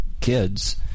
kids